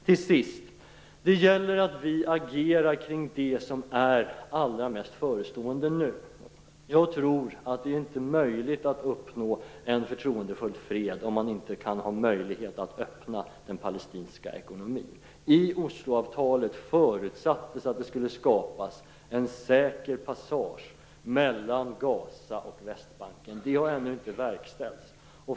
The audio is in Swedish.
Till sist: Det gäller att vi agerar kring det som nu är allra mest förestående. Jag tror inte att det är möjligt att uppnå en förtroendefull fred om det inte finns möjligheter att öppna den palestinska ekonomin. I Osloavtalet förutsattes att det skulle skapas en säker passage mellan Gaza och Västbanken. Det har ännu inte verkställts.